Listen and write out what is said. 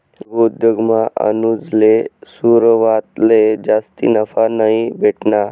लघु उद्योगमा अनुजले सुरवातले जास्ती नफा नयी भेटना